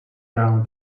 around